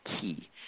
key